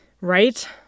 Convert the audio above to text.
Right